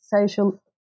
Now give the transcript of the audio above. social